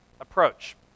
approach